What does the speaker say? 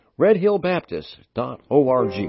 redhillbaptist.org